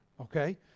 Okay